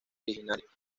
originarios